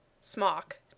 Smock